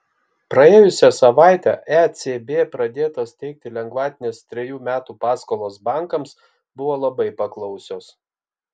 praėjusią savaitę ecb pradėtos teikti lengvatinės trejų metų paskolos bankams buvo labai paklausios